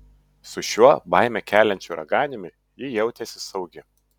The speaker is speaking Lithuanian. su šiuo baimę keliančiu raganiumi ji jautėsi saugi